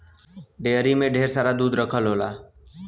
dairy में ढेर सारा दूध रखल होला